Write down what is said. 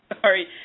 sorry